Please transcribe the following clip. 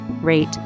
rate